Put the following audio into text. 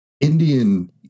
Indian